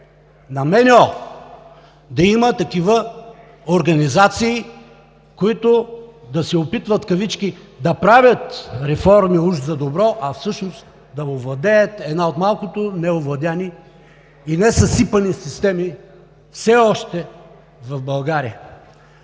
на МНО, да има такива организации, които да се опитват в кавички да правят реформи – уж за добро, а всъщност да овладеят една от малкото все още неовладени и несъсипани системи в България.